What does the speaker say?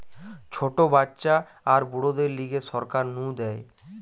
ছোট বাচ্চা আর বুড়োদের লিগে সরকার নু দেয়